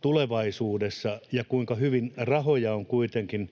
tulevaisuudessa ja kuinka hyvin rahoja on kuitenkin